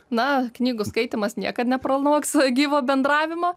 na knygų skaitymas niekad nepranoks gyvo bendravimo